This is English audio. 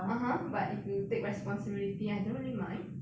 (uh huh) but if you take responsibility I don't really mind